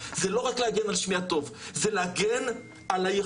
זה לא רק להגן על שמי הטוב,